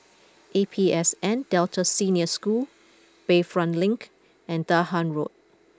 A P S N Delta Senior School Bayfront Link and Dahan Road